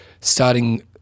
Starting